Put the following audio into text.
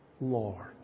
Lord